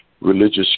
religious